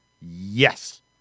Yes